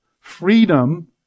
Freedom